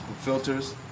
Filters